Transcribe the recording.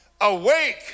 Awake